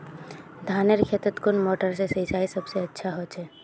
धानेर खेतोत कुन मोटर से सिंचाई सबसे अच्छा होचए?